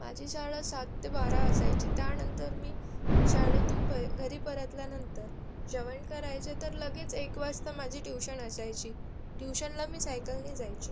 माझी शाळा सात ते बारा असायची त्यानंतर मी शाळेतून प घरी परतल्यानंतर जेवण करायचे तर लगेच एक वाजता माझी ट्यूशण असायची ट्यूशणला मी सायकलनी जायचे